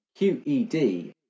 QED